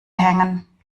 hängen